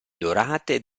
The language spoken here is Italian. dorate